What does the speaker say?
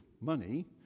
money